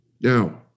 Now